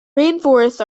rainforests